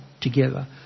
together